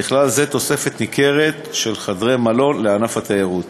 ובכלל זה תוספת ניכרת של חדרי מלון לענף התיירות.